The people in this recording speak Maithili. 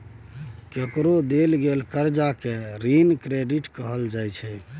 केकरो देल गेल करजा केँ ऋण क्रेडिट कहल जाइ छै